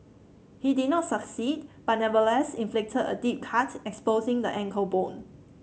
he did not succeed but nevertheless inflicted a deep cut exposing the ankle bone